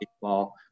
baseball